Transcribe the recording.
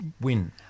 win